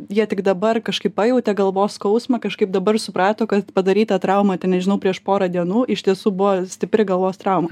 jie tik dabar kažkaip pajautė galvos skausmą kažkaip dabar suprato kad padaryta trauma ten nežinau prieš pora dienų iš tiesų buvo stipri galvos trauma